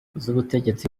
z’ubutegetsi